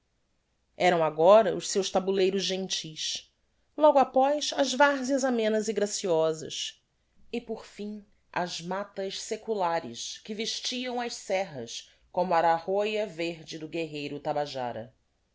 eram agora os seus taboleiros gentis logo apoz as varzeas amenas e graciosas e por fim as matas seculares que vestiam as serras como a ararroia verde do guerreiro tabajara